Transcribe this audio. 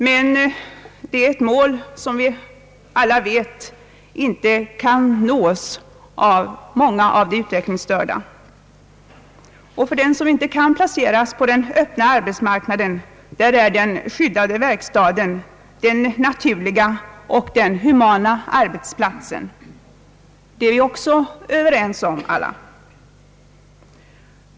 Vi vet att detta är ett mål, som många av de utvecklingsstörda inte kan nå. För dem som inte kan placeras på den öppna arbetsmarknaden är den skyddade verkstaden den naturliga och humana arbetsplatsen. Det är vi också ense om.